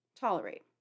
tolerate